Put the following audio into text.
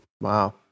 Wow